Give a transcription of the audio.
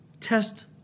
test